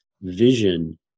vision